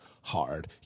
hard